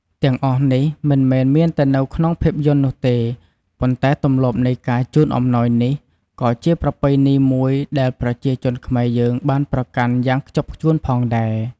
ទាំងអស់នេះមិនមែនមានតែនៅក្នុងភាពយន្តនោះទេ ប៉ុន្តែទម្លាប់នៃការជូនអំណោយនេះក៏ជាប្រពៃណីមួយដែលប្រជាជនខ្មែរយើងបានប្រកាន់យ៉ាងខ្ជាប់់ខ្ជួនផងដែរ។